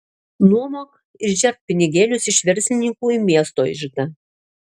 nuomok ir žerk pinigėlius iš verslininkų į miesto iždą